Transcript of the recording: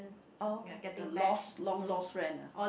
oh the lost the long lost friend ah